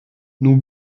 nous